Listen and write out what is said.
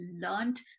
learned